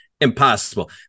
impossible